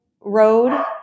road